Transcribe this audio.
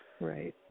Right